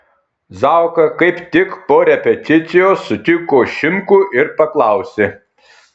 zauka kaip tik po repeticijos sutiko šimkų ir paklausė